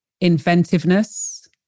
inventiveness